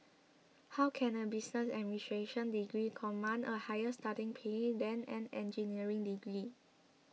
how can a business administration degree command a higher starting pay than an engineering degree